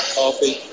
coffee